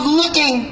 looking